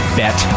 bet